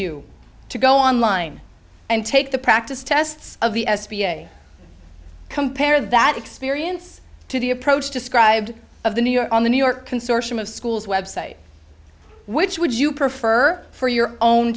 you to go online and take the practice tests of the s b a compare that experience to the approach described of the new york on the new york consortium of schools website which would you prefer for your own